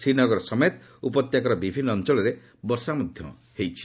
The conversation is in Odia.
ଶ୍ରୀନଗର ସମେତ ଉପତ୍ୟକାର ବିଭିନ୍ନ ଅଞ୍ଚଳରେ ବର୍ଷା ମଧ୍ୟ ହୋଇଛି